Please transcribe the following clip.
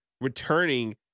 returning